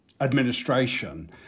administration